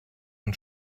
und